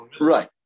Right